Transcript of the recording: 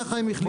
ככה הם החליטו.